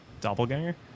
Doppelganger